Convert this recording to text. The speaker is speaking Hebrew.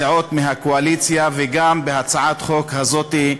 הסיעות מהקואליציה, וגם בהצעת החוק הזאת,